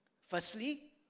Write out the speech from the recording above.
Firstly